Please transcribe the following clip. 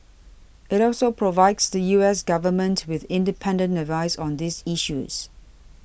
it also provides the U S government with independent advice on these issues